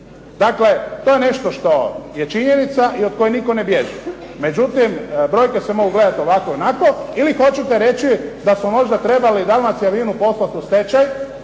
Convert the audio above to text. Dakle, to je nešto što je činjenica i od koje nitko ne bježi. Međutim, brojke se mogu gledati ovako ili onako. Ili hoćete reći da su možda trebali "Dalmacija vino " poslati u stečaj,